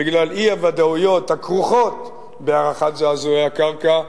בגלל האי-ודאויות הכרוכות בהערכת זעזועי הקרקע,